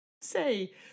Say